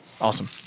Awesome